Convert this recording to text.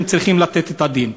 הם צריכים לתת את הדין.